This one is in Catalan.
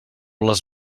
les